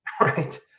Right